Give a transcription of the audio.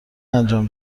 انجام